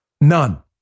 None